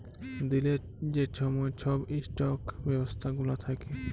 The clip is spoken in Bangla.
দিলের যে ছময় ছব ইস্টক ব্যবস্থা গুলা থ্যাকে